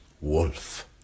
Wolf